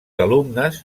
alumnes